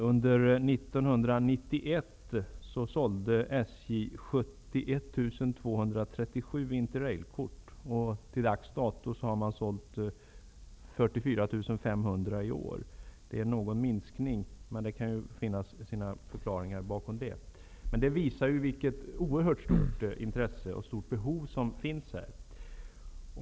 Under 1991 sålde SJ 71 237 interrailkort, och till dags dato har 44 500 kort sålts i år. Det är en minskning, men det har sina förklaringar. Detta visar vilket oerhört stort intresse och stort behov som finns.